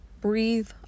breathe